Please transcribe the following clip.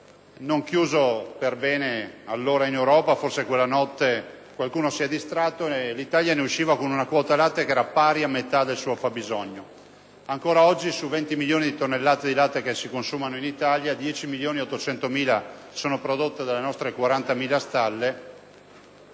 fu chiuso in modo opportuno in Europa. Forse quella notte qualcuno si è distratto, e l'Italia ne è uscita con una quota latte pari a metà del suo fabbisogno. Ancora oggi, su 20 milioni di tonnellate di latte che si consumano in Italia, 10.800.000 sono prodotte dalle nostre 40.000 stalle,